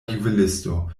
juvelisto